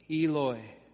Eloi